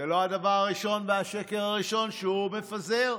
זה לא הדבר הראשון והשקר הראשון שהוא מפזר.